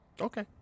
Okay